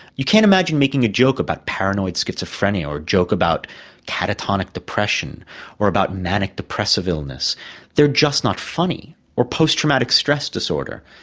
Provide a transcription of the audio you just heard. you can't imagine making a joke about paranoid schizophrenia or a joke about catatonic depression or about manic depressive illness they are just not funny, or post traumatic stress disorder,